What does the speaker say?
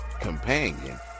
companion